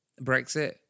Brexit